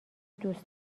دوست